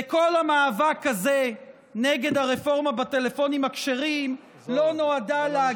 וכל המאבק הזה נגד הרפורמה בטלפונים הכשרים לא נועד להגן על,